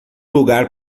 lugar